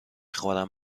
خورم